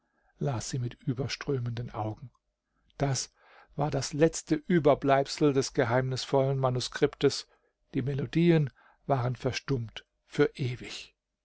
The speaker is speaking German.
las sie mit überströmenden augen das war das letzte ueberbleibsel des geheimnisvollen manuskriptes die melodien waren verstummt für ewig